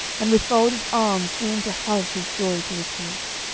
and with folded arms seemed to hug his joy to his heart.